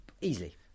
Easily